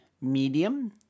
Medium